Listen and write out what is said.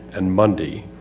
and monday.